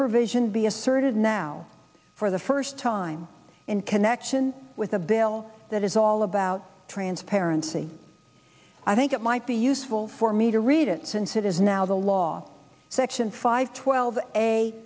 provision be asserted now for the first time in connection with a bill that is all about transparency i think it might be useful for me to read it since it is now the law section five twelve